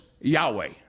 Yahweh